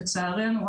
לצערנו,